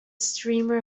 streamer